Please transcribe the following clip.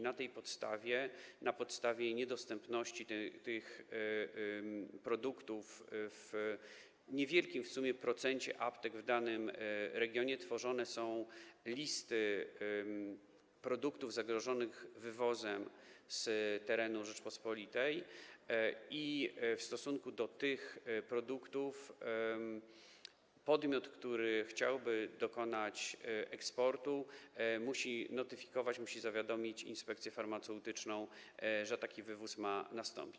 Na tej podstawie, na podstawie informacji o niedostępności tych produktów w niewielkim w sumie procencie aptek w danym regionie tworzone są listy produktów zagrożonych wywozem z terenu Rzeczypospolitej i w przypadku tych produktów podmiot, który chciałby dokonać eksportu, musi notyfikować, musi zawiadomić inspekcję farmaceutyczną, że taki wywóz ma nastąpić.